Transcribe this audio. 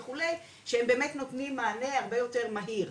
שהם באמת נותנים מענה הרבה יותר מהיר,